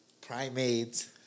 Primates